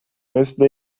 مثل